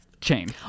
chain